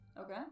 Okay